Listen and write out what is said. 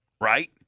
right